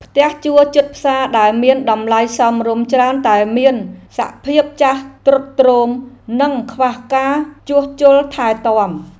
ផ្ទះជួលជិតផ្សារដែលមានតម្លៃសមរម្យច្រើនតែមានសភាពចាស់ទ្រុឌទ្រោមនិងខ្វះការជួសជុលថែទាំ។